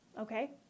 Okay